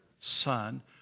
Son